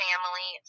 family